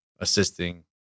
assisting